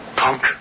punk